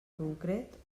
concret